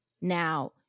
Now